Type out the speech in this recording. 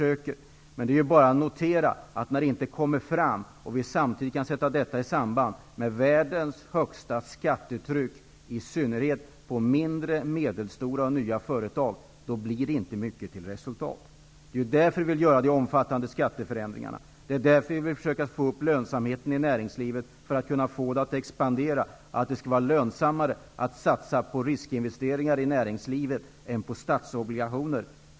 Men det är bara att notera att det inte blir mycket till resultat när det inte kommer fram investeringar och detta samtidigt kan sättas i samband med världens högsta skattetryck, i synnerhet på mindre, medelstora och nya företag. Det är därför vi vill göra de omfattande skatteförändringarna och vill försöka få upp lönsamheten i näringslivet, dvs. för att få det att expandera och för att det skall bli lönsammare att satsa på riskinvesteringar i näringslivet än på statsobligationer.